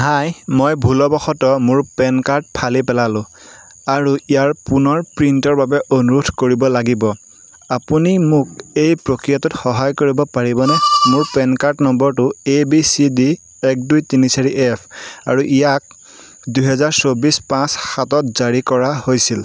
হাই মই ভুলবশতঃ মোৰ পেন কাৰ্ড ফালি পেলালোঁ আৰু ইয়াৰ পুনৰ প্ৰিণ্টৰ বাবে অনুৰোধ কৰিব লাগিব আপুনি মোক এই প্ৰক্ৰিয়াটোত সহায় কৰিব পাৰিবনে মোৰ পেন কাৰ্ড নম্বৰটো এ বি চি ডি এক দুই তিনি চাৰি এফ আৰু ইয়াক দুহেজাৰ চৌবিছ পাঁচ সাতত জাৰী কৰা হৈছিল